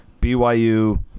BYU